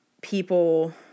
people